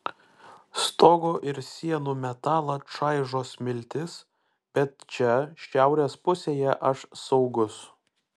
stogo ir sienų metalą čaižo smiltys bet čia šiaurės pusėje aš saugus